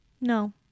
no